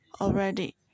already